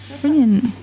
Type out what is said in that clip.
Brilliant